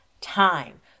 time